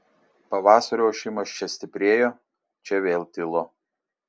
pavasario ošimas čia stiprėjo čia vėl tilo